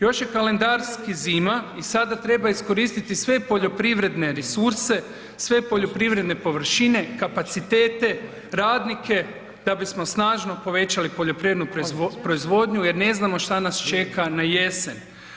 Još je kalendarski zima i sada treba iskoristiti sve poljoprivredne resurse, sve poljoprivredne površine, kapacitete, radnike da bismo snažno povećali poljoprivrednu proizvodnju jer ne znamo šta nas čeka na jesen.